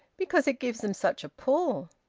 because it gives them such a pull.